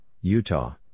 Utah